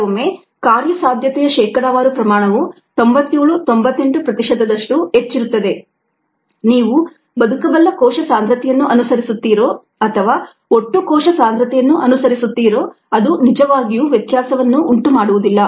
ಕೆಲವೊಮ್ಮೆ ಕಾರ್ಯಸಾಧ್ಯತೆಯ ಶೇಕಡಾವಾರು ಪ್ರಮಾಣವು 97 98 ಪ್ರತಿಶತದಷ್ಟು ಹೆಚ್ಚಿರುತ್ತದೆ ನೀವು ಬದುಕಬಲ್ಲ ಕೋಶ ಸಾಂದ್ರತೆಯನ್ನು ಅನುಸರಿಸುತ್ತೀರೋ ಅಥವಾ ಒಟ್ಟು ಕೋಶ ಸಾಂದ್ರತೆಯನ್ನು ಅನುಸರಿಸುತ್ತೀರೋ ಅದು ನಿಜವಾಗಿಯೂ ವ್ಯತ್ಯಾಸವನ್ನುಂಟು ಮಾಡುವುದಿಲ್ಲ